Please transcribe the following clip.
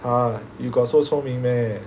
!huh! you got so 聪明 meh